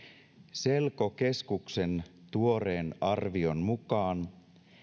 selkokeskuksen tuoreen arvion mukaan